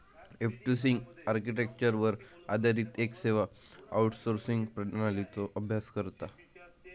F two C आर्किटेक्चरवर आधारित येक सेवा आउटसोर्सिंग प्रणालीचो अभ्यास करता